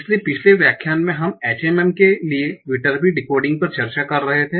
इसलिए पिछले व्याख्यान में हम HMM के लिए विटर्बी डिकोडिंग पर चर्चा कर रहे थे